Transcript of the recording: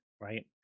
right